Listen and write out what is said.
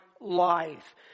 life